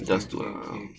just to err